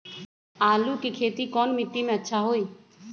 आलु के खेती कौन मिट्टी में अच्छा होइ?